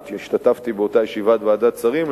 אני השתתפתי באותה ישיבת ועדת שרים,